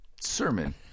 sermon